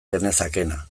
genezakeena